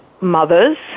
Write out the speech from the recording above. mothers